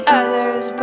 others